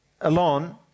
alone